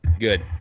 Good